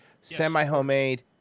Semi-homemade